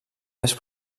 més